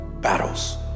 battles